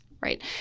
right